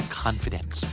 confidence